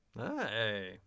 Hey